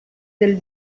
del